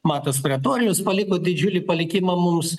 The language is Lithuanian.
matas pretorijus paliko didžiulį palikimą mums